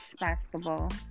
basketball